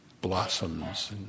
blossoms